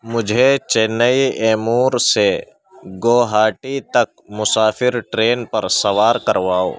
مجھے چنئی ایمور سے گوہاٹی تک مسافر ٹرین پر سوار کرواؤ